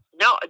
No